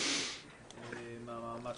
ומקווה